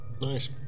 Nice